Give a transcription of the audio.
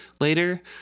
later